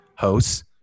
Hosts